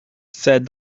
c’est